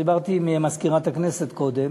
דיברתי עם מזכירת הכנסת קודם,